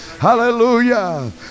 hallelujah